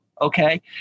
okay